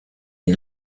une